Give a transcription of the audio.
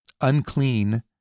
unclean